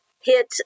hit